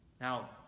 Now